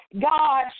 God